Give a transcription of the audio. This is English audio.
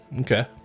Okay